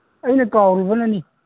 ꯑꯩꯅ ꯀꯥꯎꯔꯨꯕꯅꯅꯤ